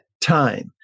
time